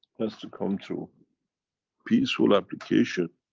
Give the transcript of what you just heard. has to come through peaceful application